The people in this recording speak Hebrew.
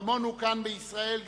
כמונו כאן בישראל,